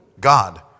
God